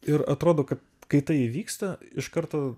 ir atrodo kad kai tai įvyksta iš karto